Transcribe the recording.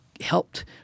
helped